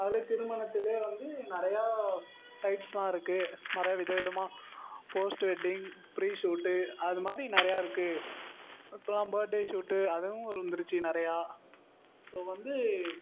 அதில் திருமணத்திலே வந்து நிறையா டைப்ஸஸெலாம் இருக்குது நிறையா விதவிதமாக போஸ்ட்டு வெட்டிங் ப்ரீ ஷூட்டு அதுமாதிரி நிறையா இருக்குது இப்பெல்லாம் பர்டே ஷூட்டு அதுவும் ஒரு வந்துருச்சு நிறையா ஸோ வந்து